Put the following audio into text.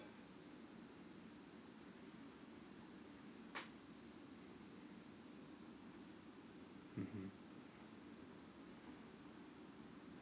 mmhmm